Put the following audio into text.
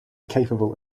capable